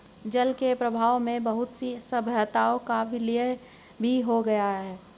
जल के प्रवाह में बहुत सी सभ्यताओं का विलय भी हो गया